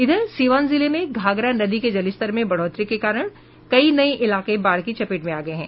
इधर सीवान जिले में घाघरा नदी के जलस्तर में बढ़ोतरी के कारण कई नये इलाके बाढ़ की चपेट में आ गये हैं